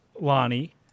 Lonnie